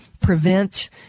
prevent